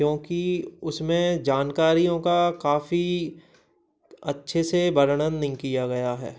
क्योंकि उसमें जानकारियों का काफ़ी अच्छे से वर्णन नहीं किया गया है